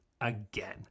again